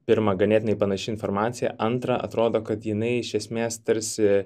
pirma ganėtinai panaši informacija antra atrodo kad jinai iš esmės tarsi